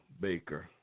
Baker